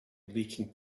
leaking